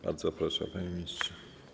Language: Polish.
Bardzo proszę, panie ministrze.